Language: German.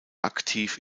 aktiv